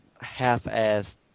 half-assed